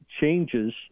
changes